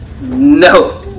No